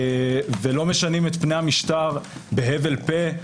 ולא משנים את פני המשטר בהבל פה.